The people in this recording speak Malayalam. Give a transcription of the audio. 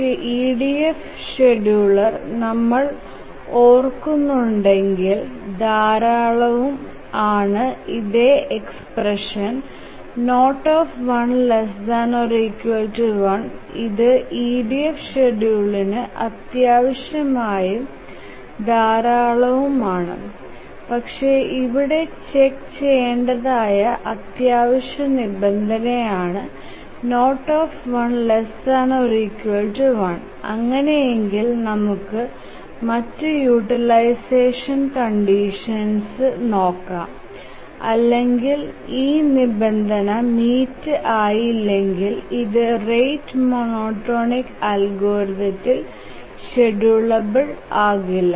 പക്ഷെ EDF ഷ്ഡ്യൂളർ നമ്മൾ ഓർകുന്നുണ്ടെകിൽ അതിൽ ഈ രണ്ടും നിബന്ധനകൾ അത്യാവശ്യവും ധാരാളവും ആണ് ഇതേ എക്സ്പ്രഷ്ൻ ∑eipi1 ഇതു EDF ഷ്ഡ്യൂളർനു അത്യാവശ്യവും ധാരാളവും ആണ് പക്ഷെ ഇവിടെ ചെക്ക് ചെയേണ്ടതായ അത്യാവശ്യ നിബന്ധന ആണ് ∑eipi1 അങ്ങനെയെങ്കിലും നമുക്ക് മറ്റു യൂട്ടിലൈസഷൻ കണ്ടിഷൻസ് നോക്കാം അല്ലെകിൽ ഈ നിബന്ധന മീറ്റ് ആയില്ലെകിൽ ഇത് റേറ്റ് മോനോടോണിക് അൽഗോരിതത്തിൽ ഷ്ഡ്യൂളബിൾ ആകില്ല